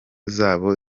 zabo